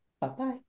Bye-bye